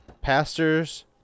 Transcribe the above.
pastors